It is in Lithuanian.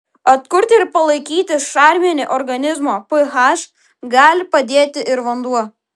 atkurti ir palaikyti šarminį organizmo ph gali padėti ir vanduo